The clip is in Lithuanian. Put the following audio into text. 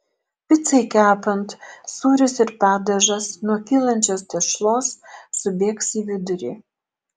picai kepant sūris ir padažas nuo kylančios tešlos subėgs į vidurį